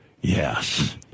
Yes